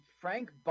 Frank